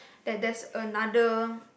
that there's another